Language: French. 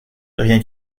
rien